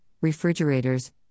refrigerators